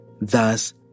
Thus